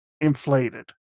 Inflated